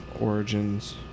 Origins